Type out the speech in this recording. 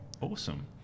awesome